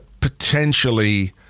potentially